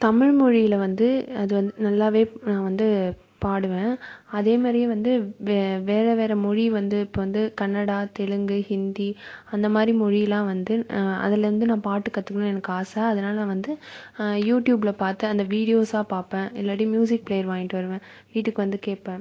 தமிழ் மொழியில் வந்து அது வந்து நல்லாவே நான் வந்து பாடுவேன் அதேமாரியே வந்து வே வேறு வேறு மொழி வந்து இப்போ வந்து கனடா தெலுங்கு ஹிந்தி அந்தமாரி மொழியெலாம் வந்து அதிலேருந்து நான் பாட்டு கற்றுக்கணும்னு எனக்கு ஆசை அதனால வந்து யூடியூப்பில் பார்த்து அந்த வீடியோஸ்சாக பார்ப்பன் இல்லாட்டி மியூசிக் பிளேயர் வாங்கிட்டு வருவேன் வீட்டுக்கு வந்து கேட்பன்